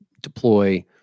deploy